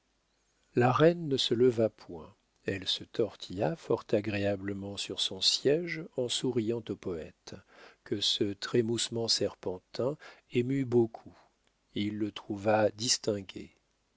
la reine ne se leva point elle se tortilla fort agréablement sur son siége en souriant au poète que ce trémoussement serpentin émut beaucoup il le trouva distingué